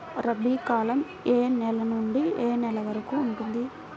రబీ కాలం ఏ నెల నుండి ఏ నెల వరకు ఉంటుంది?